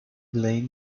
elaine